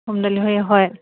home delivery হয়